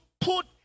put